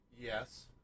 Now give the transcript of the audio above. Yes